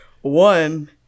one